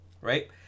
right